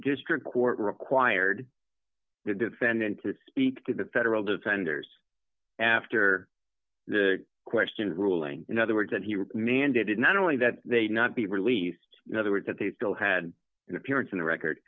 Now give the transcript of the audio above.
district court required the defendant to speak to the federal defenders after the question ruling in other words that he was mandated not only that they not be released in other words that they still had an appearance on the record